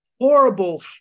horrible